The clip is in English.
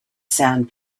sand